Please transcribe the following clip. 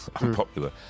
unpopular